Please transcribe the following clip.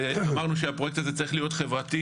ואמרנו שהפרויקט הזה צריך להיות חברתי